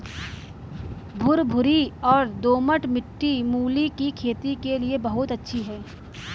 भुरभुरी और दोमट मिट्टी मूली की खेती के लिए बहुत अच्छी है